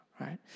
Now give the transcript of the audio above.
right